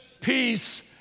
peace